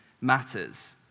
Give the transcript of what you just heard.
matters